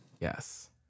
Yes